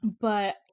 but-